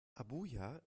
abuja